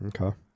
Okay